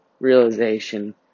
realization